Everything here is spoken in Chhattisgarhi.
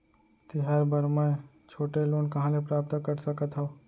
तिहार बर मै छोटे लोन कहाँ ले प्राप्त कर सकत हव?